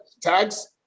tags